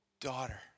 daughter